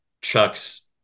Chuck's